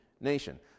nation